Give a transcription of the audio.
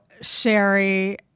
Sherry